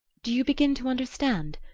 do you begin to understand?